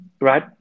right